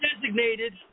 designated